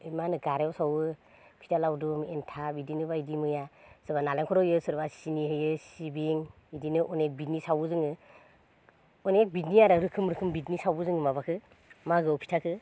मा होनो गाह्रायाव सावो फिथा लावदुम एनथाब इदिनो बायदि मैया सोरबा नालेंखर होयो सोरबा सिनिहोयो सिबिं इदिनो अनेख बिदनि सावो जोङो अनेख बिदनि आरो रोखोम रोखोम बिद नि सावो जोङो माबाखो मागोआव फिथाखो